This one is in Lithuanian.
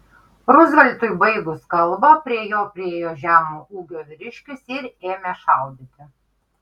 ruzveltui baigus kalbą prie jo priėjo žemo ūgio vyriškis ir ėmė šaudyti